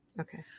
Okay